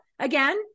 again